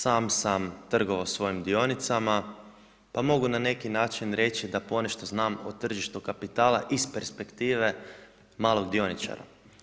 Sam sam trgovao svojim dionicama pa mogu na neki način reći da ponešto znam o tržištu kapitala iz perspektive malog dioničara.